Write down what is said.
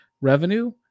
revenue